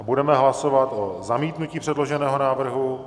Budeme hlasovat o zamítnutí předloženého návrhu.